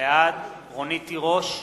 בעד רונית תירוש,